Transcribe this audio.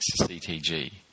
CTG